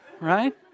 right